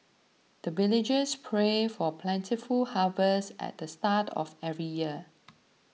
the villagers pray for plentiful harvest at the start of every year